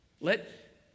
Let